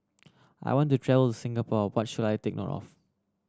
I want to travel to Singapore what should I take note of